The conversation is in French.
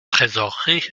trésorerie